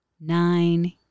Nine